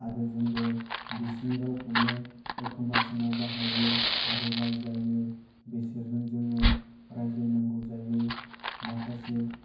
आरो जोंबो बिसोरनि रावखौनो एखम्बा समाव बाहायो आरो रायज्लायो बिसोरजों जों रायज्लाय नांगौ जायो माखासे